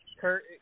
Kurt